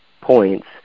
points